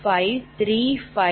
535 188